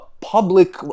public